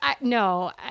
No